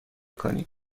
کنید